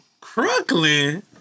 Crooklyn